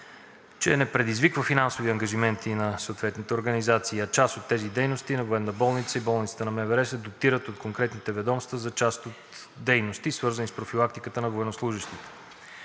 че не предизвиква финансовите ангажименти на съответните организации, а част от тези дейности на Военната болница и Болницата на МВР се дотират от конкретните ведомства за част от дейности, свързани с профилактиката на военнослужещите.